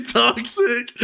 toxic